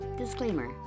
Disclaimer